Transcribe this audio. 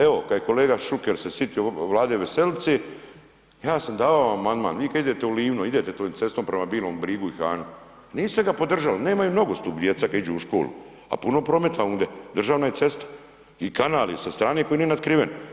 Evo, kad je kolega Šuker se sitio Vlade Veselice, ja sam dao amandman, vi kad idete u Livno, idete tom cestom prema Bilom Brigu i ... Niste ga podržali, nemaju nogostup djeca kad idu u školu, a puno prometa je onde, državna je cesta i kanal je sa strane koji nije natkriven.